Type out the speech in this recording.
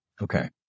Okay